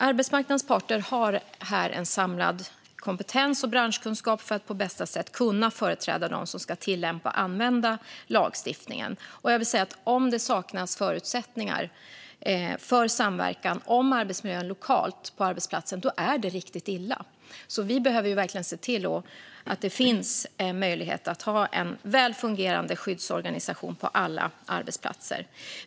Arbetsmarknadens parter har här en samlad kompetens och branschkunskap för att på bästa sätt kunna företräda dem som ska tillämpa lagstiftningen. Om det saknas förutsättningar för samverkan om arbetsmiljön lokalt på arbetsplatsen är det riktigt illa, så vi behöver verkligen se till att det finns möjlighet att ha en väl fungerande skyddsorganisation på alla arbetsplatser.